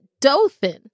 Dothan